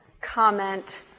comment